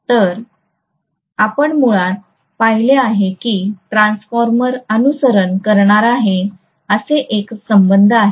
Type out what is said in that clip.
तर आपण मुळात पाहिले आहे की ट्रान्सफॉर्मर अनुसरण करणार आहे असे एक संबंध आहे